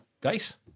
Guys